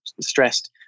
stressed